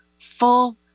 full